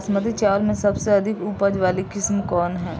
बासमती चावल में सबसे अधिक उपज वाली किस्म कौन है?